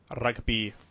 rugby